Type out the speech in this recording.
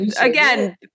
again